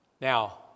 Now